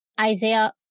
Isaiah